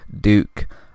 Duke